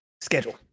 Schedule